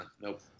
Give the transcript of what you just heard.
nope